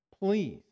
please